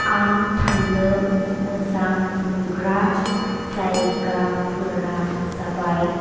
आं थांनो मोजां मोनग्रा जायगाफोरा जाबाय